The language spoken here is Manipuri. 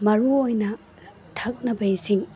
ꯃꯔꯨ ꯑꯣꯏꯅ ꯊꯛꯅꯕ ꯏꯁꯤꯡ